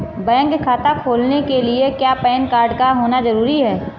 Bank खाता खोलने के लिए क्या पैन कार्ड का होना ज़रूरी है?